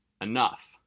enough